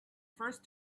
first